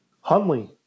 Huntley